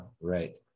Right